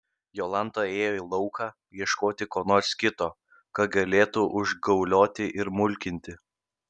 jolanta ėjo į lauką ieškoti ko nors kito ką galėtų užgaulioti ir mulkinti